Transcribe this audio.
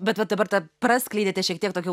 bet va dabar tą praskleidėte šiek tiek tokio